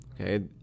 okay